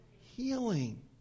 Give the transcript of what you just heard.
healing